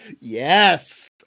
Yes